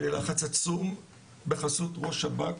היה לי לחץ עצום בחסות ראש שב"כ